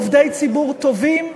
עובדי ציבור טובים,